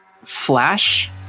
Flash